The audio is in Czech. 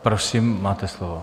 Prosím, máte slovo.